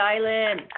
Island